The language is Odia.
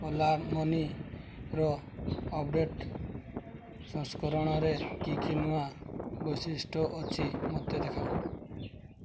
ଓଲା ମନିର ଅପଡ଼େଟ୍ ସଂସ୍କରଣରେ କି କି ନୂଆ ବୈଶିଷ୍ଟ୍ୟ ଅଛି ମୋତେ ଦେଖାଅ